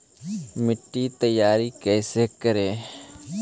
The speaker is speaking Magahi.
मिट्टी तैयारी कैसे करें?